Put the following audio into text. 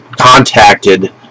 contacted